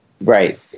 right